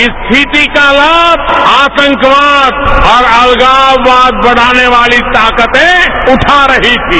इस स्थिति का लाभ आतंकवाद और अलगाववाद बढ़ाने वाली ताकतें उठा रही थीं